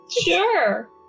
Sure